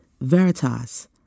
Veritas